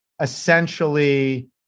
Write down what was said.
essentially